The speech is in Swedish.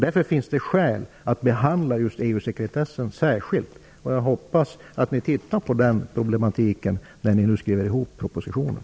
Därför finns det skäl att behandla just EU-sekretessen särskilt. Jag hoppas att ni ser på de problemen när ni skriver propositionen.